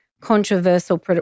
controversial